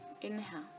inhale